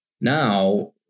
Now